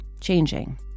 changing